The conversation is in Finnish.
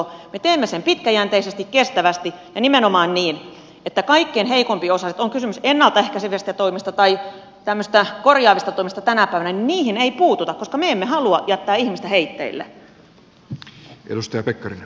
me teemme sen pitkäjänteisesti kestävästi ja nimenomaan niin että kaikkein heikompiosaisiin on kysymys ennalta ehkäisevistä toimista tai tämmöisistä korjaavista toimista tänä päivänä ei puututa koska me emme halua jättää ihmistä heitteille